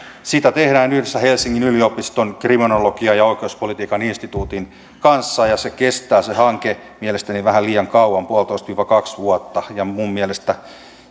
sitä tehdään yhdessä helsingin yliopiston kriminologian ja oikeuspolitiikan instituutin kanssa ja ja se hanke kestää mielestäni vähän liian kauan puolitoista kaksi vuotta ja minun mielestäni